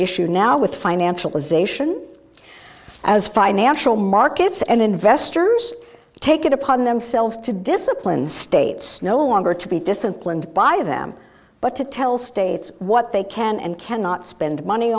issue now with financialization as financial markets and investors take it upon themselves to discipline states no longer to be disciplined by them but to tell states what they can and cannot spend money